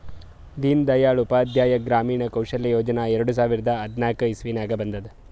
ದೀನ್ ದಯಾಳ್ ಉಪಾಧ್ಯಾಯ ಗ್ರಾಮೀಣ ಕೌಶಲ್ಯ ಯೋಜನಾ ಎರಡು ಸಾವಿರದ ಹದ್ನಾಕ್ ಇಸ್ವಿನಾಗ್ ಬಂದುದ್